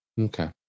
Okay